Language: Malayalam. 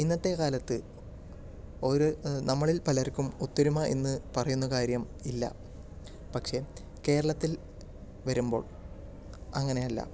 ഇന്നത്തെക്കാലത്ത് ഓരോ നമ്മളിൽ പലർക്കും ഒത്തൊരുമ എന്ന് പറയുന്ന കാര്യം ഇല്ല പക്ഷെ കേരളത്തിൽ വരുമ്പോൾ അങ്ങനെയല്ല